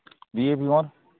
B A भी और